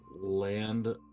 Land